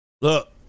Look